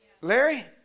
Larry